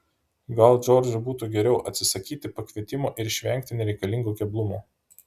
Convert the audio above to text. gal džordžui būtų geriau atsisakyti pakvietimo ir išvengti nereikalingų keblumų